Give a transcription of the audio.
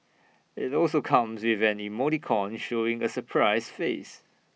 IT also comes with an emoticon showing A surprised face